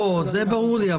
זה ברור לי.